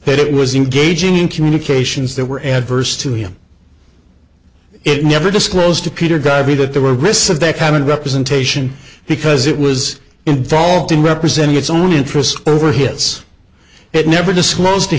that it was engaging in communications that were adverse to him it never disclosed to peter gobby that there were risks of that kind of representation because it was involved in representing its own interest overheads it never disclosed to